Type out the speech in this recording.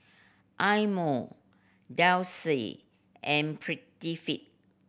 Eye Mo Delsey and Prettyfit